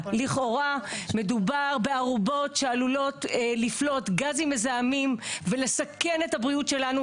מדובר בארובות שעלולות לפלוט גזים מזהמים ולסכן את הבריאות שלנו,